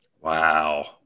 Wow